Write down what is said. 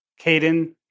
Caden